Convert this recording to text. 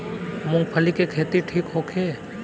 मूँगफली के खेती ठीक होखे?